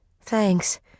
Thanks